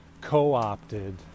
co-opted